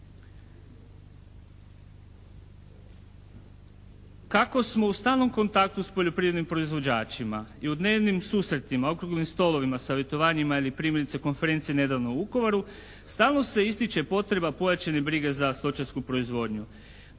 kako smo u stalnom kontaktu s poljoprivrednim proizvođačima i u dnevnim susretima, okruglim stolovima, savjetovanjima ili primjerice konferencije nedavno u Vukovaru stalno se ističe potreba pojačane brige za stočarsku proizvodnju.